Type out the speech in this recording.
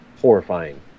horrifying